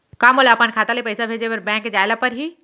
का मोला अपन खाता ले पइसा भेजे बर बैंक जाय ल परही?